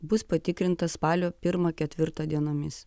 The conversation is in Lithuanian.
bus patikrinta spalio pirmą ketvirtą dienomis